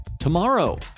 Tomorrow